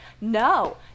No